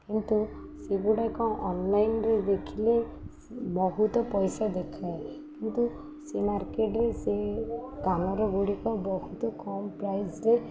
କିନ୍ତୁ ସେଗୁଡ଼ାକ ଅନ୍ଲାଇନ୍ରେ ଦେଖିଲେ ବହୁତ ପଇସା ଦେଖାଏ କିନ୍ତୁ ସେ ମାର୍କେଟ୍ରେ ସେ କାନରଗୁଡ଼ିକ ବହୁତ କମ୍ ପ୍ରାଇସ୍ରେ